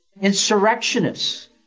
insurrectionists